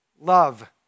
Love